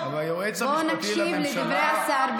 בואו נקשיב לדברי השר.